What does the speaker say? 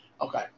Okay